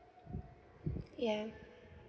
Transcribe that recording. yeah